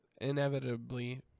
inevitably